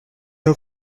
her